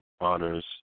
honors